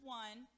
one